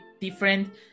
different